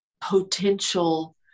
potential